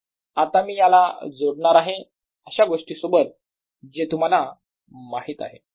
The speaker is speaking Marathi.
आता मी याला जोडणारा आहे अशा गोष्टीसोबत जे तुम्हाला माहित आहे